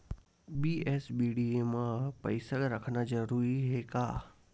BSBDA मा पईसा रखना जरूरी हे का?